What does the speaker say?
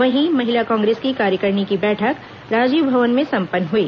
वहीं महिला कांग्रेस की कार्यकारिणी की बैठक राजीव भवन में संपन्न हुई